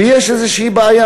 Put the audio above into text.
שיש איזה בעיה,